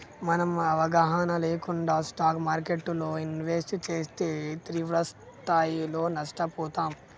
మనం అవగాహన లేకుండా స్టాక్ మార్కెట్టులో ఇన్వెస్ట్ చేస్తే తీవ్రస్థాయిలో నష్టపోతాం